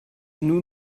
nous